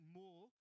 more